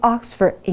Oxford